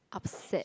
upset